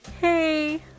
Hey